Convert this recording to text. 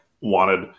wanted